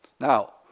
now